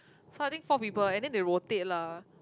so I think four people and then they rotate lah